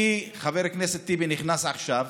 כי, חבר הכנסת טיבי נכנס עכשיו,